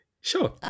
Sure